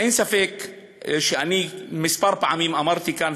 אין ספק שאני כמה פעמים אמרתי כאן,